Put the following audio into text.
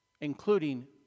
Including